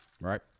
Right